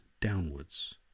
downwards